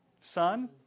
son